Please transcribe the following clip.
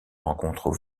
rencontrent